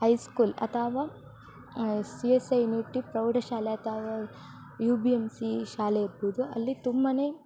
I school ಅಥವಾ C S I unity ಪ್ರೌಢಶಾಲೆ ಅಥವಾ ಯು ಬಿ ಎಮ್ ಸಿ ಶಾಲೆ ಇದೆ ಅಲ್ಲಿ ತುಂಬನೇ